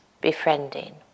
befriending